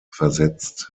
versetzt